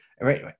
right